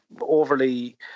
overly